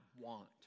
want